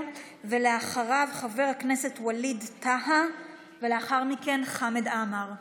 אחריו, חבר הכנסת ווליד טאהא ולאחר מכן, חמד עמאר.